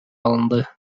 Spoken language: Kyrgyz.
алынды